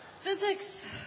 Physics